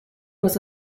was